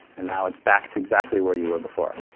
and now it's back to exactly where you were before.